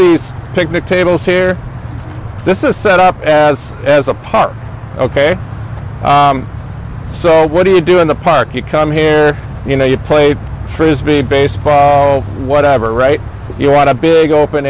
these picnic tables here this is set up as a part ok so what do you do in the park you come here you know you played frisbee baseball whatever right you want a big open